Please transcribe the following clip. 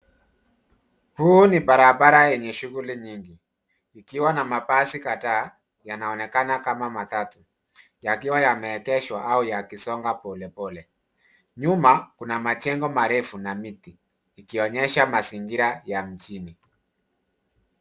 Huu ni barabara yenye shughuli nyingi, ikiwa na mabasi kadhaa, yanaonekana kama matatu, yakiwa yameegeshwa au yakisonga polepole. Nyuma kuna majengo marefu na miti, ikionyesha mazingira ya mjini.